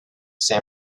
san